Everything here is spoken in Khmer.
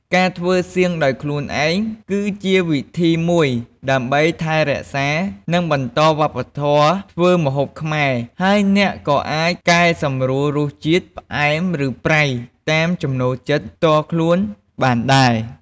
ការធ្វើសៀងដោយខ្លួនឯង គឺជាវិធីមួយដើម្បីថែរក្សា និងបន្តវប្បធម៌ធ្វើម្ហូបខ្មែរ ហើយអ្នកក៏អាចកែសម្រួលរសជាតិ ផ្អែម ឬ ប្រៃ តាមចំណូលចិត្តផ្ទាល់ខ្លួនបានដែរ។